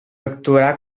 actuarà